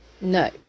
No